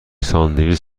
ساندویچ